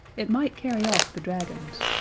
it might carry off the dragons.